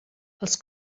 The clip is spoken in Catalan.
els